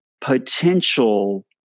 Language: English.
potential